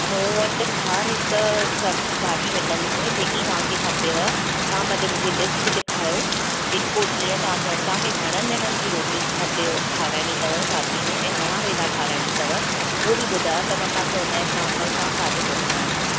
मूं वटि हर हिक सभु भाॼी मिलंदव जेकी तव्हां खे खपेव तव्हां भले मूंखे लिस्ट लिखायो जेको जीअं तव्हां चवंदा तव्हां खे घणनि ॼणनि जी रोटी खपेव ठहिराइणी अथव शादीअ में ऐं घणा वेला ठहिराइणी अथव उहो बि ॿुधायो त मां तव्हां खे उन जे हिसाब सां भाॼियूं ॿुधायांव थी